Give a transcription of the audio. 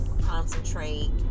concentrate